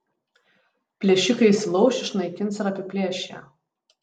plėšikai įsilauš išnaikins ir apiplėš ją